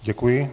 Děkuji.